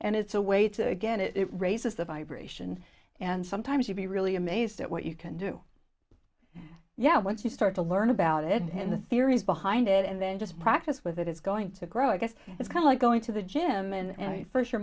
and it's a way to again it raises the vibration and sometimes you be really amazed at what you can do yeah once you start to learn about it and the theories behind it and then just practice with it it's going to grow i guess it's kind of like going to the gym and first your